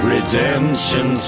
Redemption